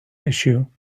issue